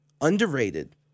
underrated